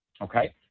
Okay